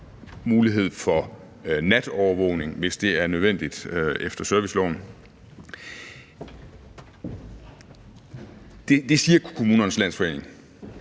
mulighed for natovervågning, hvis det er nødvendigt, efter serviceloven. Det siger Kommunernes Landsforening.